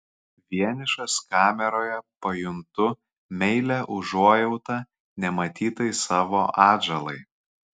vienišas kameroje pajuntu meilią užuojautą nematytai savo atžalai